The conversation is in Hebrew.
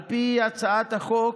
על פי הצעת החוק,